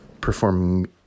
performing